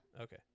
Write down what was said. okay